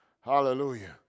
Hallelujah